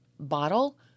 Bottle